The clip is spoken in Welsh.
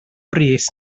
brys